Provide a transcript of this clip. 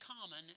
common